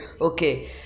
okay